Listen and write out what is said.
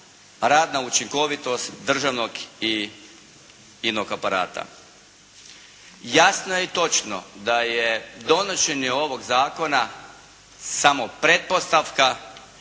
radna učinkovitost državnog i inog aparata. Jasno je i točno da je donošenje ovog zakona samo pretpostavka